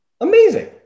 Amazing